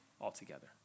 altogether